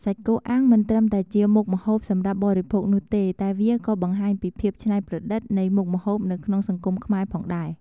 សាច់គោអាំងមិនត្រឹមតែជាមុខម្ហូបសម្រាប់បរិភោគនោះទេ តែវាក៏បង្ហាញពីភាពឆ្នៃប្រឌិតនៃមុខម្ហូបនៅក្នុងសង្គមខ្មែរផងដែរ។